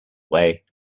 way